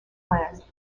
planned